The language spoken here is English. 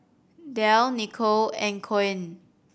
Delle Nicolle and Koen